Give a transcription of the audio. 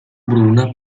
bruna